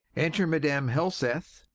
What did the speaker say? enter madam helseth,